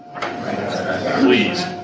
Please